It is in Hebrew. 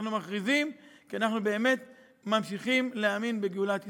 אנחנו מכריזים כי אנחנו באמת ממשיכים להאמין בגאולת ישראל.